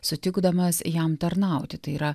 sutikdamas jam tarnauti tai yra